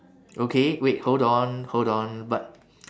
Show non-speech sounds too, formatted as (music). (noise) okay wait hold on hold on but